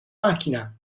macchina